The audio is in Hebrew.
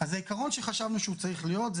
אז העיקרון שחשבנו שהוא צריך להיות,